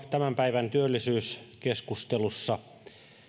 tämän päivän työllisyyskeskustelussa